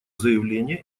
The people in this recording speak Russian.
заявление